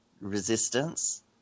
Resistance